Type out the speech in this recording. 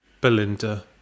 Belinda